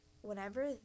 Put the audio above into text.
whenever